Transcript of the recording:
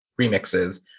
remixes